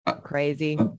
Crazy